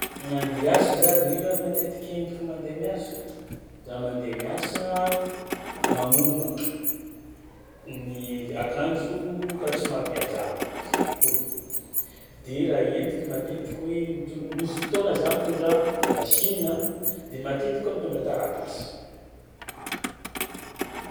Nandia hiasa za de ino raha matetiky entiky mandeha miasa? Za mandeha miasa amagnolagna, ny akanjo akanjo somary mihajahaja semi cool de raha entiky matetiky hoe mito- misy fotoagna za mitondra machine a de matetiky aho mitondra taratasy.